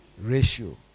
ratio